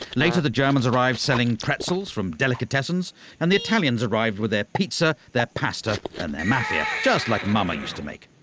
later the germans arrived selling pretzels from delicatessens and the italians arrived with their pizza, their pasta and their mafia, just like mama used to make.